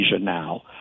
now